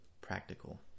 practical